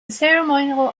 ceremonial